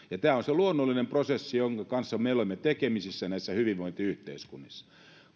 tämä on se luonnollinen prosessi jonka kanssa me olemme tekemisissä näissä hyvinvointiyhteiskunnissa